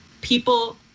people